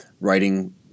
writing